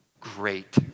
great